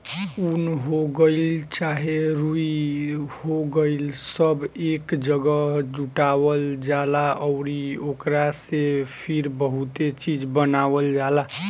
उन हो गइल चाहे रुई हो गइल सब एक जागह जुटावल जाला अउरी ओकरा से फिर बहुते चीज़ बनावल जाला